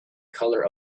color